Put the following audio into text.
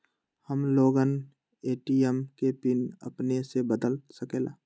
हम लोगन ए.टी.एम के पिन अपने से बदल सकेला?